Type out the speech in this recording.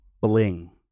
Bling